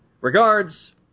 Regards